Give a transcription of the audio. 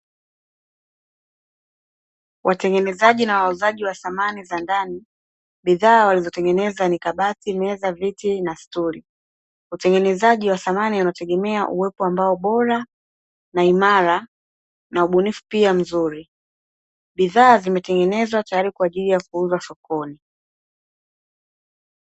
Watengenezaji na wauzaji wa samani za ndani, bidhaa walizotengeneza ni kabati, meza, viti na stuli. Utengenezaji wa samani unategemea uwepo wa mbao bora na imara, na ubunifu pia mzuri. Bidhaa zimetengenezwa tayari kwa ajili ya kuuzwa sokoni.